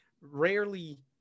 rarely